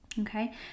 Okay